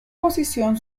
posición